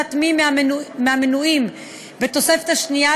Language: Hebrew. לבקשת מי מהמנויים בתוספת השנייה,